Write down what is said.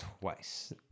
twice